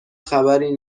خبری